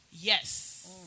Yes